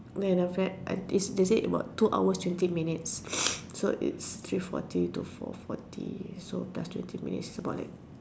then after that they they said two hours and twenty minutes so it's three forty to four forty that twenty minutes about like